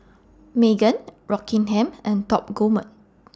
Megan Rockingham and Top Gourmet